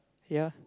ya